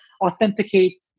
Authenticate